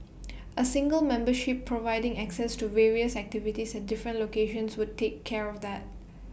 A single membership providing access to various activities at different locations would take care of that